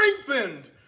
strengthened